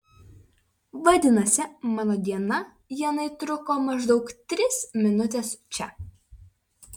vadinasi mano diena ienai truko maždaug tris minutes čia